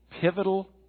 pivotal